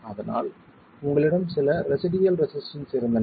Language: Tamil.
அதனால் உங்களிடம் சில ரெசிடுயல் ரெசிஸ்டன்ஸ் இருந்தன